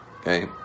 Okay